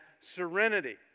serenity